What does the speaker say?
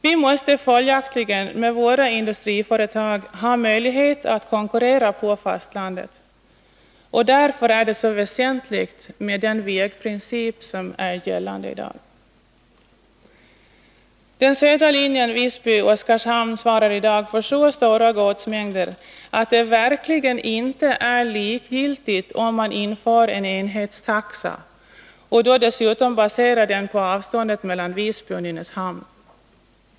Vi måste följaktligen med våra industriföretag ha möjlighet att konkurrera på fastlandet, och därför är det så väsentligt med den vägprincip som är gällande. Den södra linjen, Visby-Oskarshamn, svarar i dag för så stora godsmängder att det verkligen inte är likgiltigt om man inför en enhetstaxa och dessutom baserar den på avståndet mellan Visby och Nynäshamn.